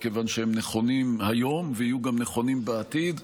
כיוון שהם נכונים היום ויהיו נכונים גם בעתיד.